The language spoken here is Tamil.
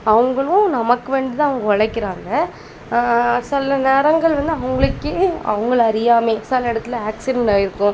அவங்களும் நமக்கு வேண்டி தான் அவங்க உலைக்கிறாங்க சில நேரங்கள் வந்து அவங்களுக்கே அவங்கள அறியாமே சில இடத்துல ஆக்சிடெண்ட் ஆயிருக்கும்